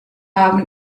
haben